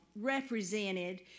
represented